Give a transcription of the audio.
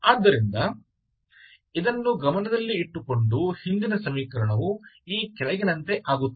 ಆದ್ದರಿಂದ ಇದನ್ನು ಗಮನದಲ್ಲಿಟ್ಟುಕೊಂಡು ಹಿಂದಿನ ಸಮೀಕರಣವು ಈ ಕೆಳಗಿನಂತೆ ಆಗುತ್ತದೆ